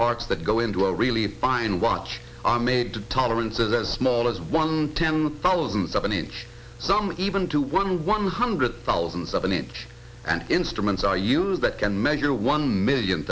parts that go into a really fine watch are made to tolerances as small as one ten thousandth of an inch some even to one one hundred thousandth of an inch and instruments are used that can measure one million